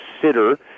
consider